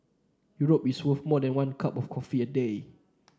Europe is worth more than one cup of coffee a day